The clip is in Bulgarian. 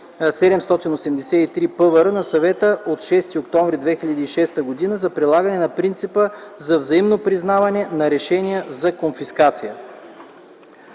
2006/783/ПВР на Съвета от 6 октомври 2006 г. за прилагане на принципа за взаимно признаване на решение за конфискация.